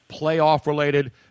playoff-related